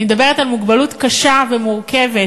אני מדברת על מוגבלות קשה ומורכבת,